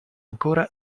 ancora